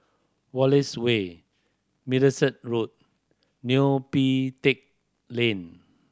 Wallace Way Middleset Road Neo Pee Teck Lane